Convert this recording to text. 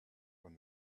when